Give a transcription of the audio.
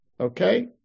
Okay